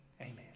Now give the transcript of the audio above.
Amen